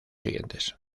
siguientes